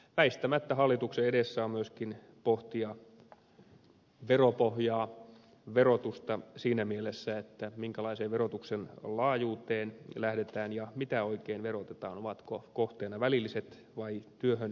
väistämättä hallituksen edessä on myöskin veropohjan verotuksen pohtiminen siinä mielessä minkälaiseen verotuksen laajuuteen lähdetään ja mitä oikein verotetaan ovatko kohteena välilliset vai työhön liittyvät verot